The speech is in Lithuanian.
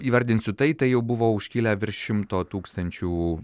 įvardinsiu tai tai jau buvo iškilę virš šimto tūkstančių